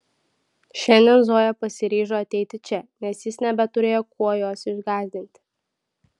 šiandien zoja pasiryžo ateiti čia nes jis nebeturėjo kuo jos išgąsdinti